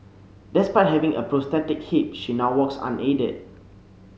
despite having a prosthetic hip she now walks unaided